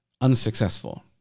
unsuccessful